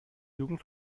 jugend